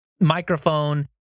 microphone